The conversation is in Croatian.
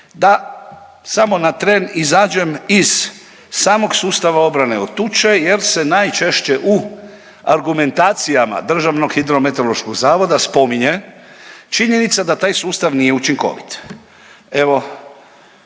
Da samo na tren izađem iz samog sustava obrane od tuče je se najčešće u argumentacijama DHMZ spominje činjenica da taj sustav nije učinkovit.